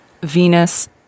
Venus